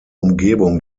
umgebung